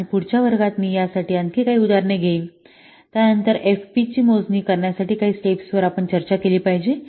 आणि पुढच्या वर्गात मी यासाठी आणखी काही उदाहरणे घेईन त्यानंतर एफपी मोजणी करण्यासाठी काही स्टेप्स वर आपण चर्चा केली पाहिजे